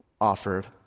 offered